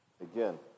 Again